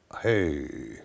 hey